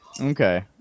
okay